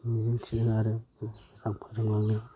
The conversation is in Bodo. मिजिं थियो आरो मोजां फोरोंलांनो